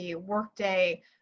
Workday